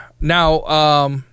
Now